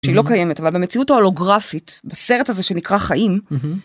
שהיא לא קיימת, אבל במציאות ההולוגרפית, בסרט הזה שנקרא חיים,